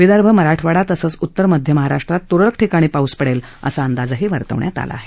विदर्भ मराठवाडा तसंच उत्तर मध्य महाराष्ट्रात त्रळक ठिकाणी पाऊस पडेल असा अंदाजही वर्तवण्यात आला आहे